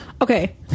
Okay